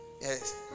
Yes